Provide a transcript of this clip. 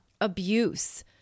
abuse